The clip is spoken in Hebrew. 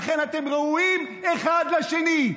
לכן אתם ראויים אחד לשני,